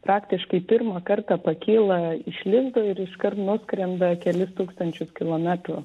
praktiškai pirmą kartą pakyla iš lizdo ir iškart nuskrenda kelis tūkstančius kilometrų